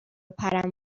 پرم